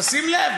תשים לב.